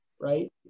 Right